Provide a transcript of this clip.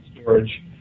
storage